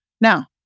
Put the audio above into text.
Now